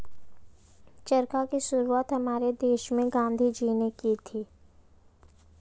चरखा की शुरुआत हमारे देश में गांधी जी ने की थी